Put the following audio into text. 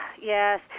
Yes